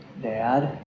Dad